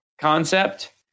concept